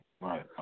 Right